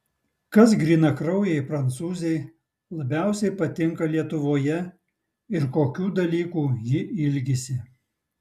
kas grynakraujei prancūzei labiausiai patinka lietuvoje ir kokių dalykų ji ilgisi